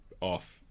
off